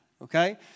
Okay